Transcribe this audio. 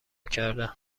کردن